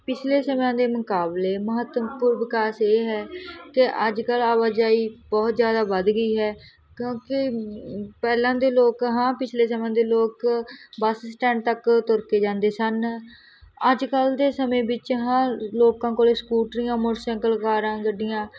ਪਿਛਲੇ ਸਮਿਆਂ ਦੇ ਮੁਕਾਬਲੇ ਮਹੱਤਵਪੂਰਨ ਵਿਕਾਸ ਇਹ ਹੈ ਕਿ ਅੱਜ ਕੱਲ੍ਹ ਆਵਾਜਾਈ ਬਹੁਤ ਜ਼ਿਆਦਾ ਵੱਧ ਗਈ ਹੈ ਕਿਉਂਕਿ ਪਹਿਲਾਂ ਦੇ ਲੋਕ ਹਾਂ ਪਿਛਲੇ ਸਮੇਂ ਦੇ ਲੋਕ ਬਸ ਸਟੈਂਡ ਤੱਕ ਤੁਰ ਕੇ ਜਾਂਦੇ ਸਨ ਅੱਜ ਕੱਲ੍ਹ ਦੇ ਸਮੇਂ ਵਿੱਚ ਹਰ ਲੋਕਾਂ ਕੋਲ ਸਕੂਟਰੀਆਂ ਮੋਟਰਸਾਈਕਲ ਕਾਰਾਂ ਗੱਡੀਆਂ